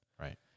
Right